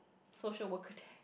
social worker there